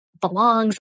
belongs